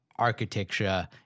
architecture